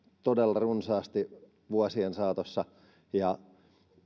todella runsaasti vuosien saatossa ja